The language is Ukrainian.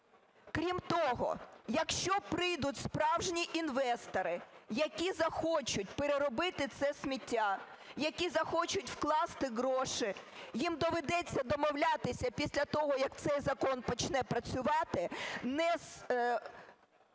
Крім того, якщо прийдуть справжні інвестори, які захочуть переробити це сміття, які захочуть вкласти гроші, їм доведеться домовлятися, після того як цей закон почне працювати, не з